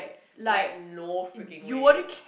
like no freaking way